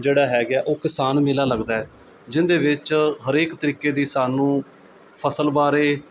ਜਿਹੜਾ ਹੈਗਾ ਹੈ ਉਹ ਕਿਸਾਨ ਮੇਲਾ ਲੱਗਦਾ ਹੈ ਜਿਹਦੇ ਵਿੱਚ ਹਰੇਕ ਤਰੀਕੇ ਦੀ ਸਾਨੂੰ ਫਸਲ ਬਾਰੇ